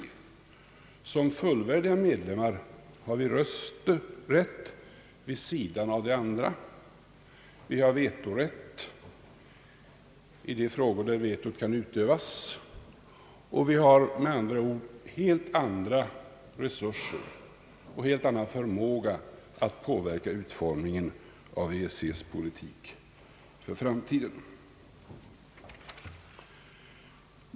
Som fullvärdiga medlemmar har vi rösträtt vid sidan av de andra, vi har vetorätt i frågor där vetot kan utövas, och vi har därmed helt andra resurser och helt annan förmåga att påverka utformningen av EEC:s politik för framtiden.